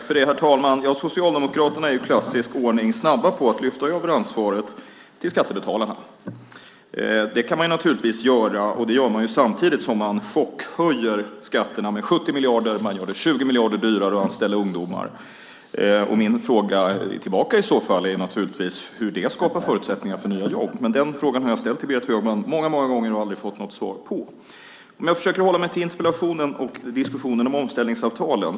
Herr talman! Socialdemokraterna är i klassisk ordning snabba på att lyfta över ansvaret till skattebetalarna. Det kan man naturligtvis göra, och man gör det samtidigt som man chockhöjer skatterna med 70 miljarder och gör det 20 miljarder dyrare att anställa ungdomar. Min fråga tillbaka i så fall är naturligtvis hur det skapar förutsättningar för nya jobb, men den frågan har jag ställt till Berit Högman många gånger och aldrig fått något svar på. Jag försöker hålla mig till interpellationen och diskussionen om omställningsavtalen.